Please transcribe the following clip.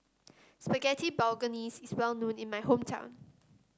Spaghetti Bolognese is well known in my hometown